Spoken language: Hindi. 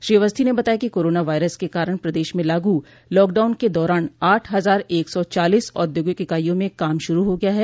श्री अवस्थी ने बताया कि कोरोना वायरस के कारण प्रदेश में लागू लॉकडाउन के दौरान आठ हजार एक सौ चालीस औद्योगिक इकाइयों में काम शुरू हो गया है